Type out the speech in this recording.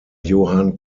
johann